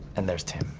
and there's tim.